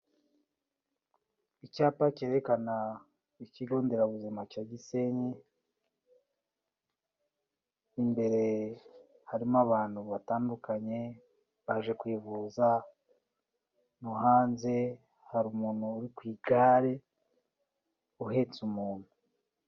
Icyapa cyerekana Ikigonderabuzima cya Gisenyi, imbere harimo abantu batandukanye baje kwivuza, no hanze hari umuntu uri ku igare uhetse umuntu.